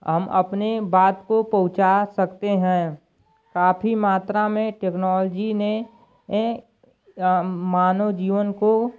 हम अपने बात को पहुँचा सकते हैं काफ़ी मात्रा में टेक्नॉलजी ने यह अ मानव जीवन को